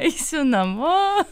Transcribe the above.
eisiu namo